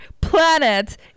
planet